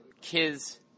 kids